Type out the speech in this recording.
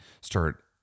start